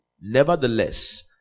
Nevertheless